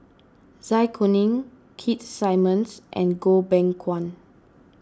Zai Kuning Keith Simmons and Goh Beng Kwan